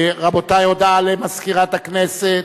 רבותי, הודעה למזכירת הכנסת.